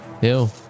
Ew